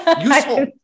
Useful